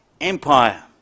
Empire